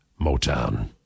Motown